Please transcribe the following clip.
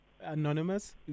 Anonymous